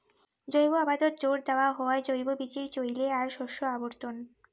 জৈব আবাদত জোর দ্যাওয়া হয় জৈব বীচির চইলে আর শস্য আবর্তন